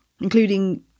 including